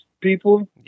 people